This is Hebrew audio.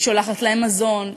היא שולחת להם מזון,